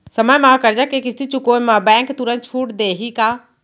समय म करजा के किस्ती चुकोय म बैंक तुरंत छूट देहि का?